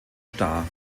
star